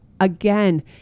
again